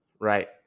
right